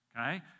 okay